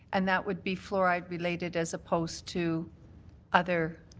and that would be fluoride related as opposed to other